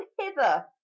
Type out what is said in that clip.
hither